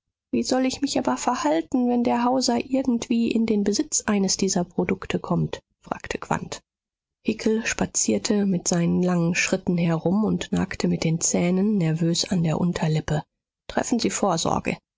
wie soll ich mich aber verhalten wenn der hauser irgendwie in den besitz eines dieser produkte kommt fragte quandt hickel spazierte mit seinen langen schritten herum und nagte mit den zähnen nervös an der unterlippe treffen sie vorsorge